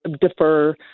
defer